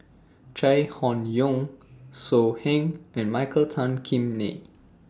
Chai Hon Yoong So Heng and Michael Tan Kim Nei